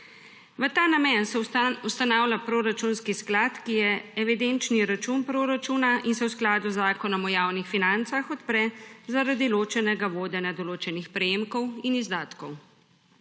V ta namen se ustanavlja proračunski sklad, ki je evidenčni račun proračuna in se v skladu z Zakonom o javnih financah odpre zaradi ločenega vodenja določenih prejemkov in izdatkov.